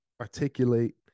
articulate